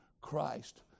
Christ